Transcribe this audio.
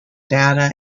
data